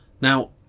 Now